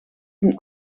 een